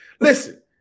Listen